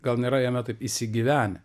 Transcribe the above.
gal nėra jame taip įsigyvenę